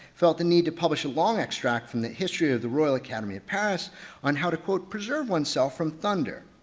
felt the need to publish a long extract from the history of the royal academy of paris on how to preserve one's self from thunder.